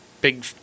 big